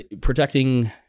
protecting